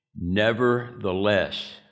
nevertheless